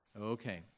Okay